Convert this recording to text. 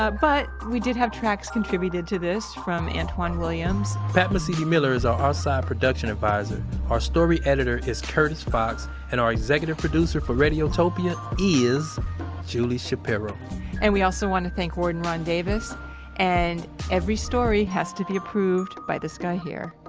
but but, we did have tracks contributed to this from antwan williams pat mesiti-miller is our off-site production adviser our story editor is curtis fox and our executive producer for radiotopia is julie shapiro and we also want to thank warden ron davis and every story has to be approved by this guy here